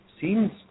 seems